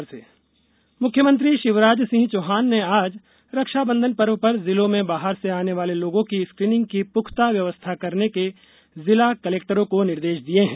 मुख्यमंत्री निर्देश मुख्यमंत्री शिवराज सिंह चौहान ने आज रक्षाबंधन पर्व पर जिलों में बाहर से आने वाले लोगों की स्कीनिंग की पूख्ता व्यवस्था करने के जिला कलेक्टरों को निर्देश दिये हैं